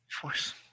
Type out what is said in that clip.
Force